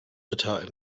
ritter